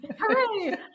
hooray